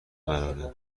قراره